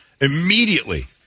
immediately